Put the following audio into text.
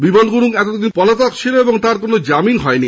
বিমল গুরুং এতদিন পলাতক ছিল এবং তার কোন জামিন হয়নি